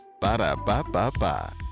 Ba-da-ba-ba-ba